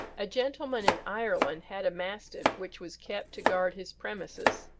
a gentleman in ireland had a mastiff which was kept to guard his premises.